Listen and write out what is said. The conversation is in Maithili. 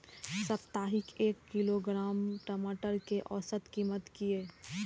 साप्ताहिक एक किलोग्राम टमाटर कै औसत कीमत किए?